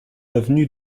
avenue